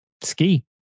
ski